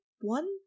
One